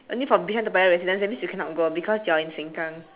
only for bishan toa payoh residents that means you cannot go because you're in sengkang